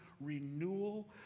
renewal